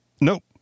Nope